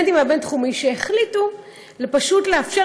הם החליטו לאפשר